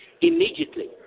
immediately